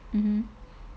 mmhmm